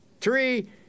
Three